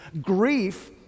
Grief